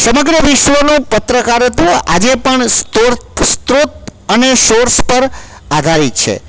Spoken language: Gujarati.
સમગ્ર વિશ્વનો પત્રકારત્વ આજે પણ સ્ત્રોત સ્ત્રોત અને સોર્સ પર આધારિત છે